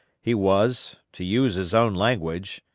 he was, to use his own language,